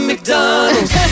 McDonald's